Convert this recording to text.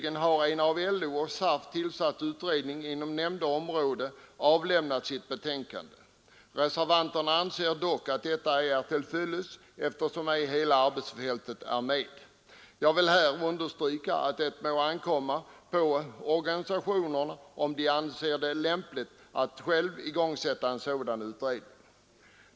En av LO och SAF tillsatt utredning inom nämnda område har nyligen avlämnat sitt betänkande. Reservanterna anser emellertid att detta inte är till fyllest, eftersom inte hela arbetsfältet är medtaget. Där vill jag understryka att det bör ankomma på organisationerna om de anser det lämpligt att själva igångsätta en sådan utredning.